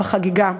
בחגיגה.